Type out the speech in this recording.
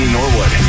Norwood